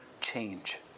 change